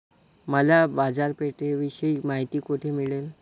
मला बाजारपेठेविषयी माहिती कोठे मिळेल?